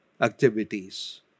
activities